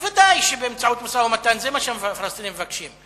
ודאי שבאמצעות משא-ומתן, זה מה שהפלסטינים מבקשים.